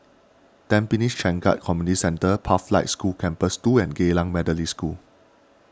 Tampines Changkat Community Centre Pathlight School Campus two and Geylang Methodist School